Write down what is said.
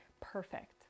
perfect